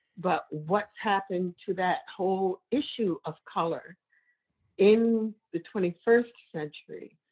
but what's happened to that whole issue of color in the twenty first century?